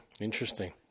Interesting